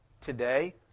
today